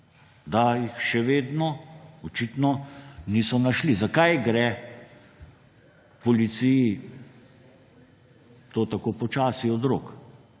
da jih očitno še vedno niso našli. Za kaj gre policiji to tako počasi od rok?